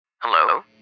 Hello